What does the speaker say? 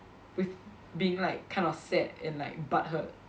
with being like kind of sad and like butt-hurt